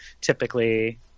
typically